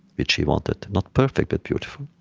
which he wanted not perfect, but beautiful